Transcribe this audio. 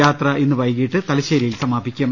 യാത്ര ഇന്ന് വൈകീട്ട് തലശേരിയിൽ സമാപിക്കും